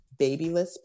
Babyless